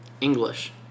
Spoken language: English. English